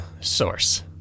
source